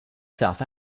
south